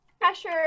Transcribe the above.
pressure